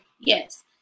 yes